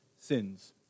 sins